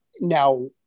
Now